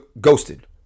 ghosted